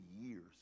years